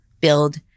build